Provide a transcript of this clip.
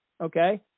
Okay